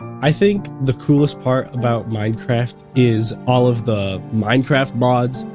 i think the coolest part about minecraft is all of the minecraft mods.